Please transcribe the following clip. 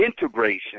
integration